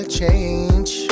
change